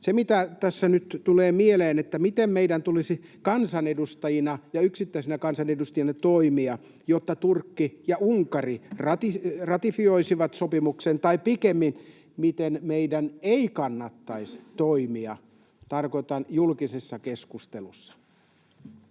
Se, mitä tässä nyt tulee mieleen: miten meidän tulisi kansanedustajina ja yksittäisinä kansanedustajina toimia, jotta Turkki ja Unkari ratifioisivat sopimuksen — tai pikemmin, miten meidän ei kannattaisi toimia, tarkoitan, julkisessa keskustelussa?